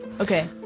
Okay